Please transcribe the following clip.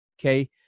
okay